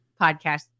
podcast